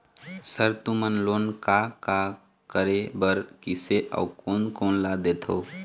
Sir तुमन loan का का करें बर, किसे अउ कोन कोन ला देथों?